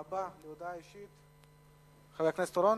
הבא עם הודעה אישית הוא חבר הכנסת אורון.